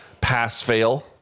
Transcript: pass-fail